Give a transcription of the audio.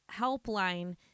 helpline